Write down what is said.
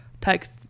text